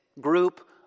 group